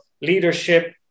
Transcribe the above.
leadership